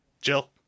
Jill